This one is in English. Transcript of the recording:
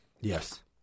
Yes